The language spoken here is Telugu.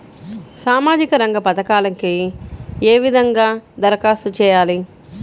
సామాజిక రంగ పథకాలకీ ఏ విధంగా ధరఖాస్తు చేయాలి?